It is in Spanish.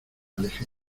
alejé